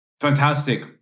Fantastic